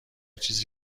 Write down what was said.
چیزی